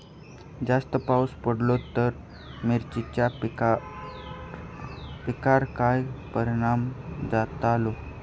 जास्त पाऊस पडलो तर मिरचीच्या पिकार काय परणाम जतालो?